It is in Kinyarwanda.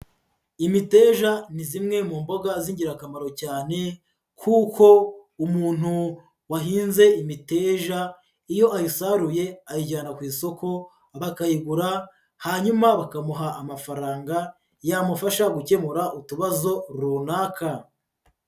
Imiteja ni zimwe mu mboga z'ingirakamaro cyane kuko umuntu wahinze imiteja iyo ayisaruye ayijyana ku isoko bakayigura, hanyuma bakamuha amafaranga yamufasha gukemura utubazo runaka.